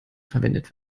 verwendet